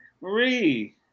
Marie